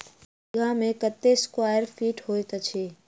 एक बीघा मे कत्ते स्क्वायर फीट होइत अछि?